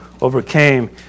overcame